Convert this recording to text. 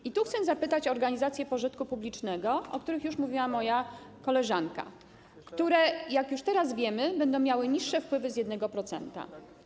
I tu chcę zapytać o organizacje pożytku publicznego, o których już mówiła moja koleżanka, a które, jak już teraz wiemy, będą miały niższe wpływy z 1%.